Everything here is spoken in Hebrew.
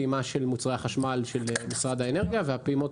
פעימה של מוצרי החשמל של משרד האנרגיה והפעימות